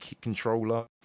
controller